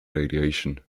radiation